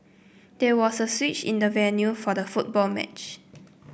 there was a switch in the venue for the football match